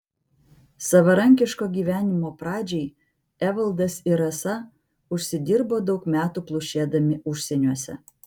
savarankiško gyvenimo pradžiai evaldas ir rasa užsidirbo daug metų plušėdami užsieniuose